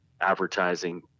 advertising